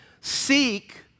seek